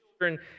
children